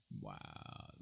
Wow